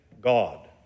God